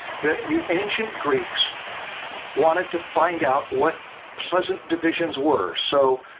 that the ancient greeks wanted to find out what pleasant divisions were. so,